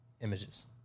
images